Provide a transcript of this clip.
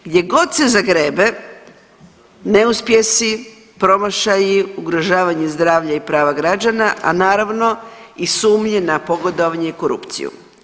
Gdje god se zagrebe neuspjesi, promašaji, ugrožavanje zdravlja i prava građana, a naravno i sumnje na pogodovanje i korupciju.